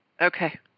Okay